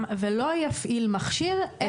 ולא יפעיל מכשיר אלא אם ניתן רישיון.